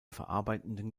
verarbeitenden